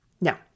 Now